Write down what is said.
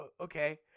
okay